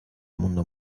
mundo